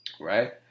right